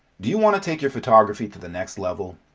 do you want to take your photography to the next level?